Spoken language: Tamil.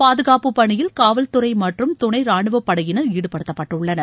பாதுகாப்பு பணியில் காவல்துறை மற்றும் துணை ராணுவப்படையினர் ஈடுபடுத்தப்பட்டுள்ளனர்